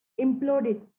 imploded